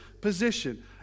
position